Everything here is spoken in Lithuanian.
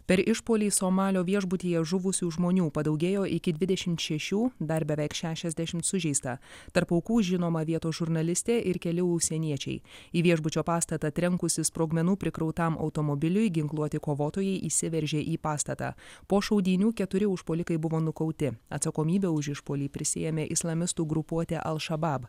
per išpuolį somalio viešbutyje žuvusių žmonių padaugėjo iki dvidešimt šešių dar beveik šešiasdešimt sužeista tarp aukų žinoma vietos žurnalistė ir keli užsieniečiai į viešbučio pastatą trenkusis sprogmenų prikrautam automobiliui ginkluoti kovotojai įsiveržė į pastatą po šaudynių keturi užpuolikai buvo nukauti atsakomybę už išpuolį prisiėmė islamistų grupuotė al šabab